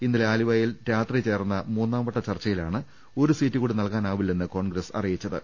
ഇന്നലെ ആലുവാ യിൽ രാത്രി ചേർന്ന മൂന്നാംവട്ട ചർച്ചയിലാണ് ഒരു സീറ്റ് കൂടി നൽകാനാവില്ലെന്ന് കോൺഗ്രസ് അറിയിച്ചത്